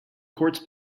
courts